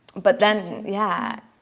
but then yeah,